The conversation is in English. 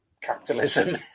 capitalism